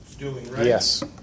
Yes